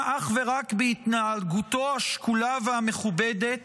אך ורק בהתנהגותו השקולה והמכובדת